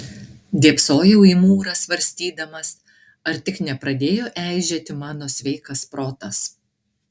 dėbsojau į mūrą svarstydamas ar tik nepradėjo eižėti mano sveikas protas